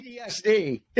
PTSD